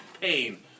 pain